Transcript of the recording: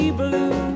blue